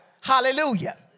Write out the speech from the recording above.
Hallelujah